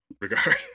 regard